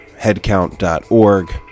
headcount.org